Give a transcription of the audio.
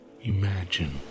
Imagine